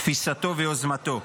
תפיסתו ויוזמתו.